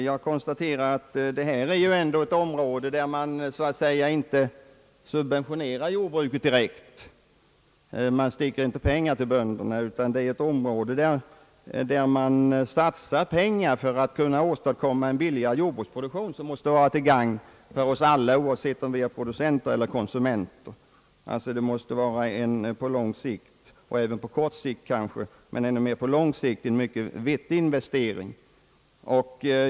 Jag konstaterar att man i detta fall inte direkt subventionerar jordbruket, inte sticker pengar till bönderna, utan satsar pengar för att kunna åstadkomma en billigare jordbruksproduktion som måste vara till gagn för oss alla, oavsett om vi är producenter eller konsumenter. Denna investering måste vara vettig framför allt på lång, men givetvis även på kort sikt.